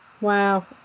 wow